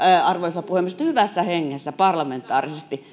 arvoisa puhemies että hyvässä hengessä parlamentaarisesti